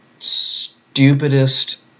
stupidest